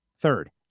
Third